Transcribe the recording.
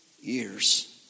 years